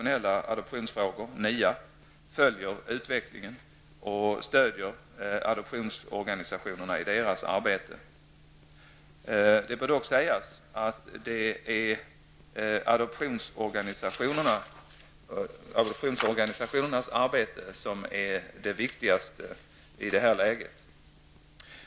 NIA, följer utvecklingen och stödjer adoptionsorganisationerna i deras ansträngningar. Det bör dock sägas att det är adoptionsorganisationernas arbete som är det viktigaste i detta läge.